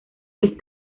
vez